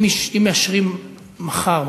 אם מאשרים מחר,